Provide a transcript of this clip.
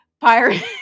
pirate